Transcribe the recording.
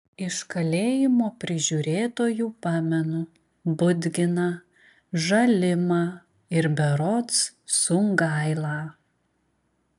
iš kalėjimo prižiūrėtojų pamenu budginą žalimą ir berods sungailą